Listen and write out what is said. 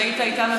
תודה שהיית איתנו,